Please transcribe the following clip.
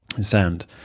sound